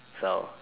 so